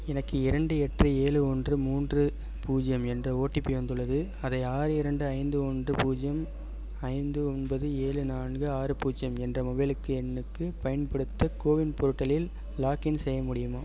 எனக்கு இரண்டு எட்டு ஏழு ஒன்று மூன்று பூஜ்ஜியம் என்ற ஓடிபி வந்துள்ளது அதை ஆறு இரண்டு ஐந்து ஒன்று பூஜ்ஜியம் ஐந்து ஒன்பது ஏழு நான்கு ஆறு பூஜ்ஜியம் என்ற மொபைலுக்கு எண்ணுக்கு பயன்படுத்த கோவின் போர்ட்டலில் லாகின் செய்ய முடியுமா